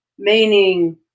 Meaning